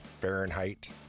Fahrenheit